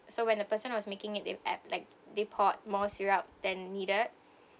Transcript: so when the person was making it they add like they poured more syrup than needed